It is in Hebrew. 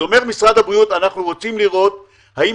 אומר משרד הבריאות: אנחנו רוצים לראות האם